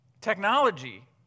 Technology